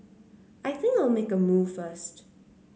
I think I'll make a move first